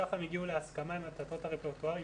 שח"ם הגיעו להסכמה עם התיאטראות הרפרטואריים.